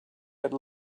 had